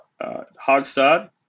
Hogstad